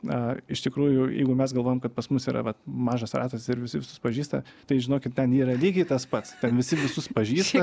na iš tikrųjų jeigu mes galvojam kad pas mus yra vat mažas ratas ir visi visus pažįsta tai žinokit ten yra lygiai tas pats ten visi visus pažįsta